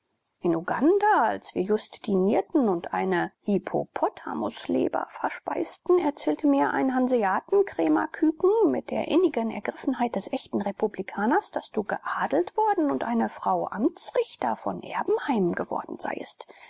in uganda als wir just dinierten und eine hippopotamusleber verspeisten erzählte mir ein hanseatenkrämerküken mit der inneren ergriffenheit des echten republikaners daß du geadelt worden und eine frau amtsrichter von erbenheim geworden seiest